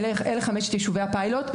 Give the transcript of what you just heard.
אלה חמשת יישובי הפיילוט.